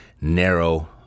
narrow